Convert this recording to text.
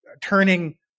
turning